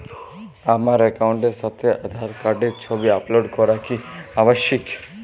আমার অ্যাকাউন্টের সাথে আধার কার্ডের ছবি আপলোড করা কি আবশ্যিক?